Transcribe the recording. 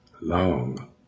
long